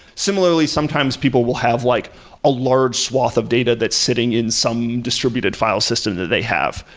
similarly, sometimes people will have like a large swath of data that's sitting in some distributed file system that they have,